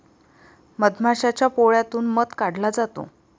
मधमाशाच्या पोळ्यातून मध काढला जातो